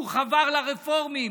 שהוא חבר לרפורמים.